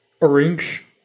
Orange